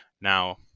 Now